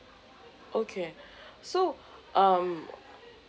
okay so um